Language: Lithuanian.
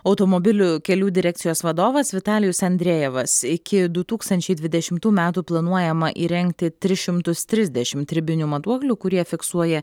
automobilių kelių direkcijos vadovas vitalijus andrejevas iki du tūkstančiai dvidešimtų metų planuojama įrengti tris šimtus trisdešimt ribinių matuoklių kurie fiksuoja